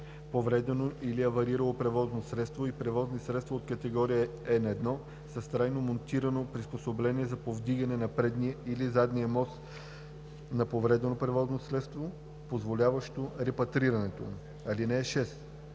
повредено или аварирало превозно средство и превозни средства от категория N1 с трайно монтирано приспособление за повдигане на предния или задния мост на повреденото превозно средство, позволяващо репатрирането му.